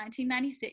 1996